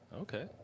Okay